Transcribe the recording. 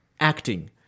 acting